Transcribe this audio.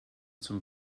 zum